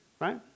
right